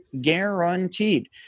guaranteed